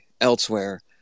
elsewhere